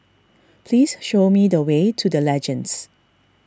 please show me the way to the Legends